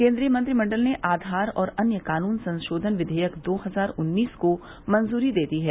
केन्द्रीय मंत्रिमंडल ने आधार और अन्य कानून संशोधन क्षियक दो हजार उन्नीस को मंजूरी दे दी है